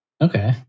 Okay